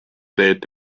teed